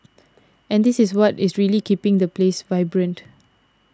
and this is what is really keeping this place vibrant